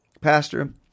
Pastor